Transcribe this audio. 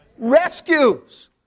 rescues